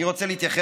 אני אקרא